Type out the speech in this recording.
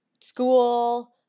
school